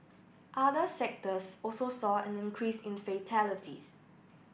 other sectors also saw an increase in fatalities